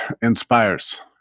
inspires